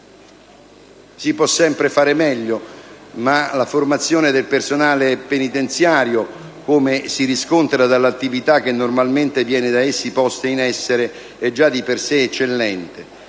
Si può sempre fare meglio, ma la formazione del personale penitenziario, come si riscontra dall'attività che normalmente viene da esso posta in essere, è già di per sé eccellente.